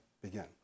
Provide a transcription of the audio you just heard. begin